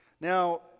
Now